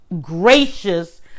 gracious